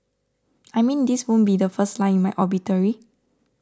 I mean this wouldn't be the first line in my obituary